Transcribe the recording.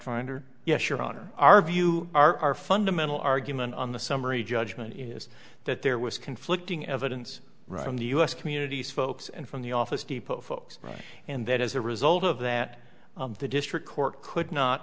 finder yes your honor our view our our fundamental argument on the summary judgment is that there was conflicting evidence from the u s communities folks and from the office depot folks and then as a result of that the district court could not